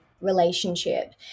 relationship